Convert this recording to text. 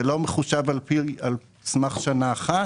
זה לא מחושב על סמך שנה אחת.